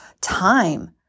time